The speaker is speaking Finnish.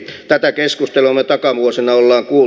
tätä keskustelua mutta camus innolla kun